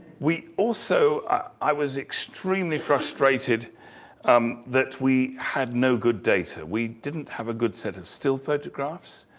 we also, i was extremely frustrated um that we had no good data. we didn't have a good set of still photographs,